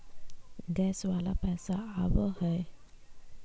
Gas वाला पैसा आव है?